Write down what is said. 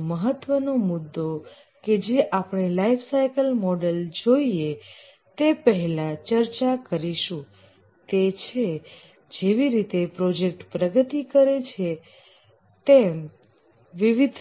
બીજો મહત્વનો મુદ્દો કે જે આપણે લાઈફસાઈકલ મોડલ જોઈએ તે પહેલા ચર્ચા કરીશું તે છે જેવી રીતે પ્રોજેક્ટ પ્રગતિ કરે છે તેમ વિવિધ